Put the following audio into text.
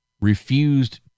refused